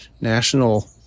national